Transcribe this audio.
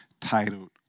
titled